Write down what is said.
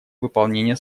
выполнения